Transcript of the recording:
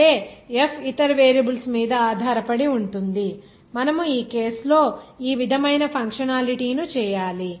అంటే F ఇతర variables మీద ఆధారపడి ఉంటుంది మనము ఈ కేసు లో ఈ విధమైన ఫంక్షనాలిటీ ను చేయాలి